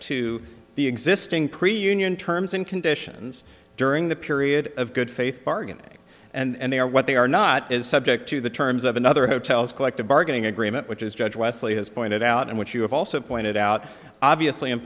to the existing preview union terms and conditions during the period of good faith bargaining and they are what they are not is subject to the terms of another hotel's collective bargaining agreement which is judge leslie has pointed out and which you have also pointed out obviously i